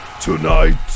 Tonight